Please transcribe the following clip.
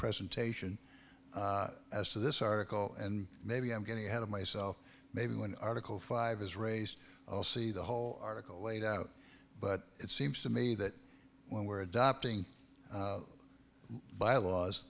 presentation as to this article and maybe i'm getting ahead of myself maybe one article five is raised i'll see the whole article laid out but it seems to me that when we're adopting bylaws